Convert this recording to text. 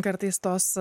kartais tos